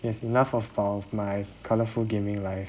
it's enough of of my colourful gaming life